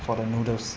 for the noodles